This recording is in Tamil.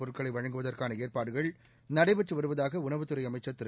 பொருட்களை வழங்குவதற்கான ஏற்பாடுகள் நடைபெற்று வருவதாக உணவுத் துறை அமைச்சர் திரு